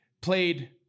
played